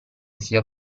sia